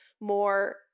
more